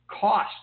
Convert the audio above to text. cost